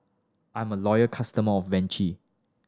I'm a loyal customer of Vichy